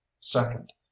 second